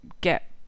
get